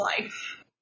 life